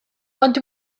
ond